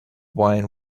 wine